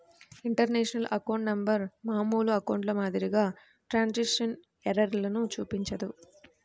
international account number మామూలు అకౌంట్ల మాదిరిగా ట్రాన్స్క్రిప్షన్ ఎర్రర్లను చూపించదు